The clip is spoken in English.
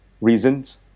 reasons